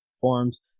forms